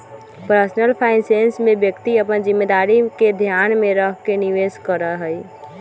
personal finance में व्यक्ति अपन जिम्मेदारी के ध्यान में रखकर निवेश करा हई